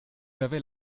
avez